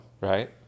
Right